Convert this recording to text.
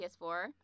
PS4